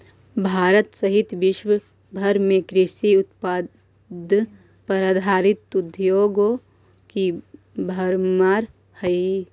भारत सहित विश्व भर में कृषि उत्पाद पर आधारित उद्योगों की भरमार हई